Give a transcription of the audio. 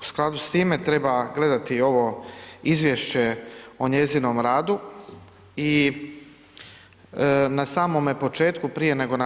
U skladu s time treba gledati ovo izvješće o njezinom radu i na samome početku prije nego